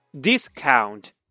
discount